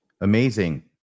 amazing